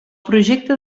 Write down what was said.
projecte